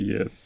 Yes